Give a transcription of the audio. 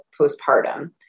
postpartum